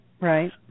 right